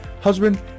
husband